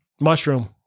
Mushroom